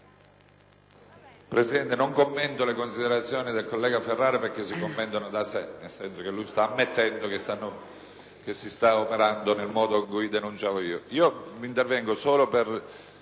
Presidente, non commento le considerazioni del collega Ferrara perché si commentano da sole, visto che lui stesso sta ammettendo che si sta operando nel modo che denunciavo poc'anzi. Intervengo solo per